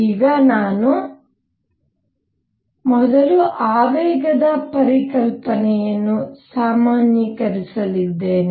ಈಗ ನಾನು ಈಗ ಮೊದಲು ಆವೇಗದ ಪರಿಕಲ್ಪನೆಯನ್ನು ಸಾಮಾನ್ಯೀಕರಿಸಲಿದ್ದೇನೆ